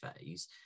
phase